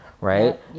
right